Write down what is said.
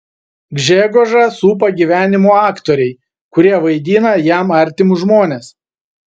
gžegožą supa gyvenimo aktoriai kurie vaidina jam artimus žmones